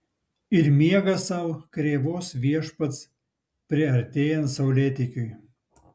ir miega sau krėvos viešpats priartėjant saulėtekiui